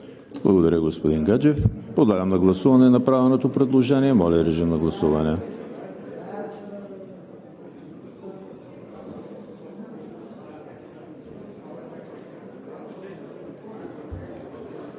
Благодаря, господин Гаджев. Подлагам на гласуване на направеното предложение. Гласували